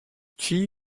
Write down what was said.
chi